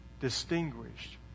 distinguished